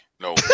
No